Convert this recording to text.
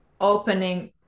opening